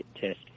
test